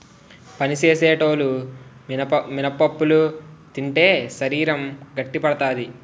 పని సేసేటోలు మినపప్పులు తింటే శరీరం గట్టిపడతాది